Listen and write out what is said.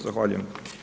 Zahvaljujem.